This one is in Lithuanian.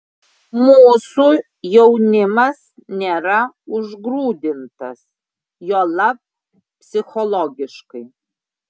mūsų jaunimas nėra užgrūdintas juolab psichologiškai